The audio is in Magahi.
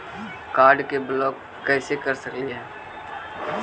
कार्ड के ब्लॉक कैसे कर सकली हे?